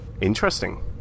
Interesting